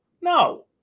No